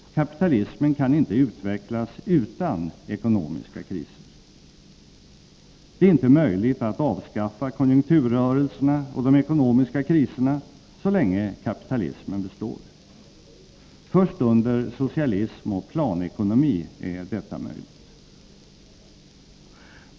Kapitalismen kan inte utvecklas utan ekonomiska kriser. Det är inte möjligt att avskaffa konjunkturrörelserna och de ekonomiska kriserna så länge kapitalismen består. Först under socialism och planekonomi är detta möjligt.